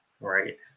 right